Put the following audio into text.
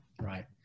Right